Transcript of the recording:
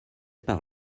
par